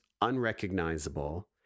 unrecognizable